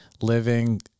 living